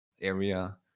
area